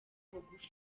bugufi